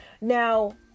Now